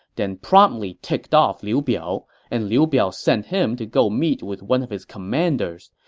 then promptly ticked off liu biao, and liu biao sent him to go meet with one of his commanders.